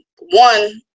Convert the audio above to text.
one